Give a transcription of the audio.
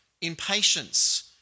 impatience